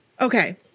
Okay